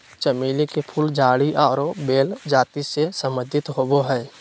चमेली के फूल झाड़ी आरो बेल जाति से संबंधित होबो हइ